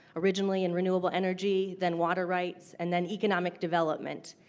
originally in renewable energy, then water rights and then economic development.